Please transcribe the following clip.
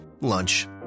Lunch